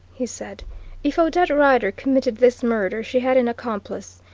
he said if odette rider committed this murder she had an accomplice.